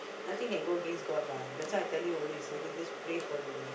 nothing can go against God lah that's why I tell you always I tell you just pray for it only